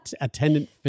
attendant